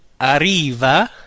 arriva